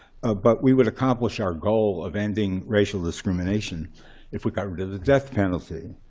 ah but we would accomplish our goal of ending racial discrimination if we got rid of the death penalty.